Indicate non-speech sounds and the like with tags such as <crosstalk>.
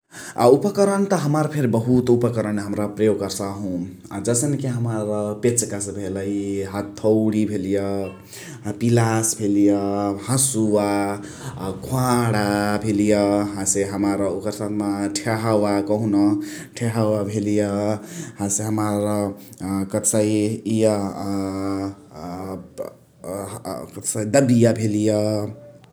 अ उपरन त हमार फेरी बहुत उपरन हमरा प्रयोग कर्साहु । जसने कि हमार पेचकस भेलइ, हथउणी भेलिय, पिलास भेलिय, हसुवा, अ ख्वाणा भेलिय । हसे हमार ओकर साथमा ठेहवा कहुन ठ्याहावाअ भेलिय । हसे हमार कथसाइ इअ अ <hesitation> कथसाइ दबिया भेलिय ।